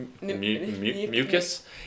Mucus